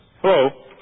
Hello